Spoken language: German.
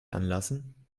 anlassen